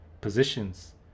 positions